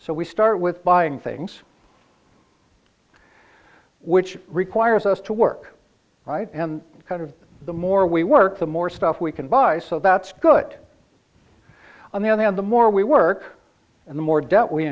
so we start with buying things which requires us to work right and kind of the more we work the more stuff we can buy so that's good on the other hand the more we work and the more debt we